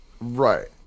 Right